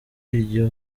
iryo